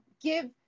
give